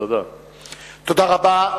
תודה רבה.